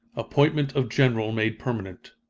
appointment of general made permanent.